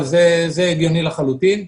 אבל זה הגיוני לחלוטין.